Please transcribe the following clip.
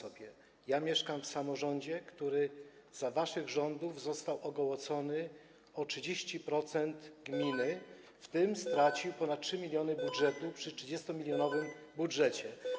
Tam gdzie mieszkam, samorząd za waszych rządów został ogołocony z 30% gminy, w tym stracił ponad 3 mln z budżetu, przy 30-milionowym budżecie.